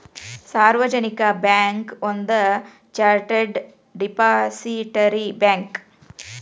ಸಾರ್ವಜನಿಕ ಬ್ಯಾಂಕ್ ಒಂದ chartered depository bank